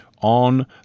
on